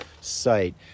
site